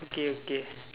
okay okay